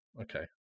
okay